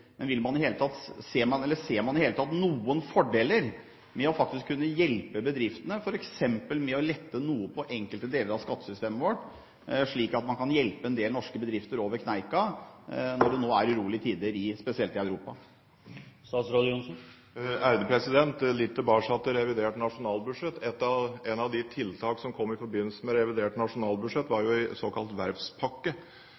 Men ser man i det hele tatt noen fordeler med faktisk å kunne hjelpe bedriftene f.eks. med å lette noe på enkelte deler av skattesystemet vårt, slik at man kan hjelpe en del norske bedrifter over kneika, når det nå er urolige tider, spesielt i Europa? Litt tilbake til revidert nasjonalbudsjett. Et av de tiltakene som kom i forbindelse med revidert nasjonalbudsjett, var